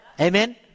Amen